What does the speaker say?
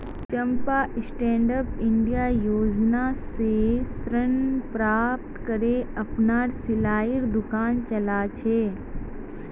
चंपा stand up India योजना स ऋण प्राप्त करे अपनार सिलाईर दुकान चला छ